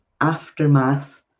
aftermath